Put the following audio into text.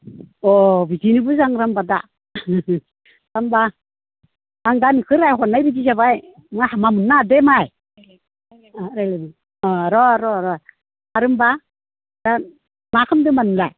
अ बिदिनो मोजां रानबा दा होनबा आं दा नोंखौ रायहरनाय बायदि जाबाय नों हामा मोननो नाङादे माइ ओं अ र' र' र' आरो होनबा दा मा खालामदो होनबा नोंलाय